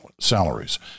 salaries